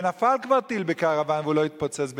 נפל כבר טיל בקרוון והוא לא התפוצץ,